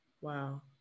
Wow